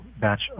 batch